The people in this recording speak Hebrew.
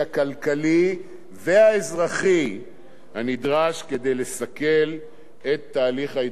והאזרחי הנדרש כדי לסכל את תהליך ההתגרענות של אירן.